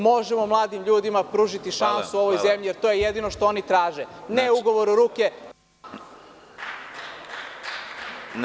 Možemo mladim ljudima pružiti šansu u ovoj zemlji, jer to je jedino što oni traže, ne ugovor u ruke, šansu.